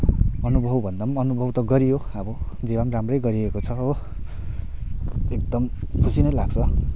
अनुभव भन्दा पनि अनुभव त गरियो अब जे भए पनि राम्रै गरिएको छ हो एकदम खुसी नै लाग्छ